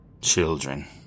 Children